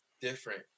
different